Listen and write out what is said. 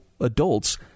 adults